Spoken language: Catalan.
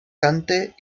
canta